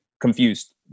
confused